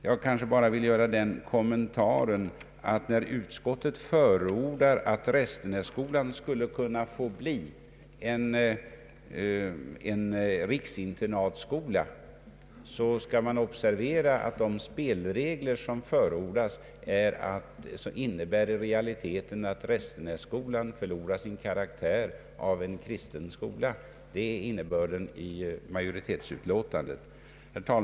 Jag vill sedan bara göra den kommentaren, att när utskottet förordar att Restenässkolan skulle kunna bli en riksinternatskola, bör vi observera att de spelregler som förordas i realiteten innebär att Restenässkolan förlorar sin karaktär av en kristen skola — det är innebörden av majoritetsutlåtandet.